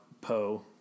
Poe